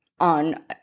on